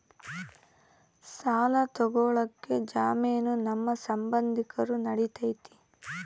ಸಾಲ ತೊಗೋಳಕ್ಕೆ ಜಾಮೇನು ನಮ್ಮ ಸಂಬಂಧಿಕರು ನಡಿತೈತಿ?